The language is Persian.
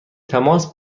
تماس